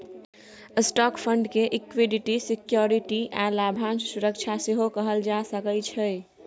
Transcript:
stock fund के equity security आ लाभांश सुरक्षा सेहो कहल जा सकइ छै